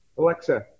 Alexa